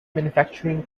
manufacturing